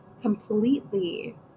completely